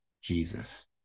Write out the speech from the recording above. Jesus